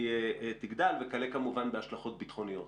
וכלה, כמובן, בהשלכות ביטחוניות.